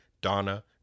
Donna